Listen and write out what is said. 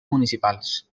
municipals